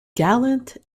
gallant